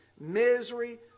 misery